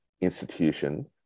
institution